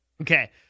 Okay